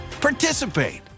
Participate